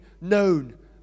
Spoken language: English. known